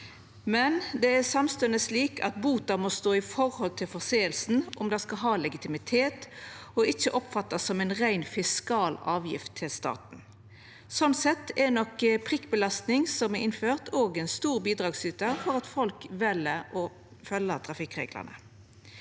er det slik at bota må stå i forhold til misferda om det skal ha legitimitet og ikkje oppfattast som ei rein fiskal avgift til staten. Slik sett er nok prikkbelastning, som er innført, òg ein stor bidragsytar til at folk vel å følgja trafikkreglane.